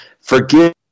Forgive